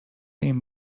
این